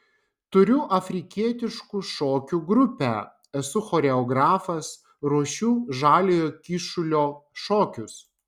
turiu afrikietiškų šokių grupę esu choreografas ruošiu žaliojo kyšulio šokius